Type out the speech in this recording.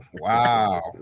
Wow